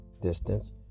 distance